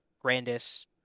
Grandis